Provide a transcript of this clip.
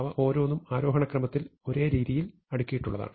അവ ഓരോന്നും ആരോഹണ ക്രമത്തിൽ ഒരേ രീതിയിൽ അടുക്കിയിട്ടുള്ളതാണ്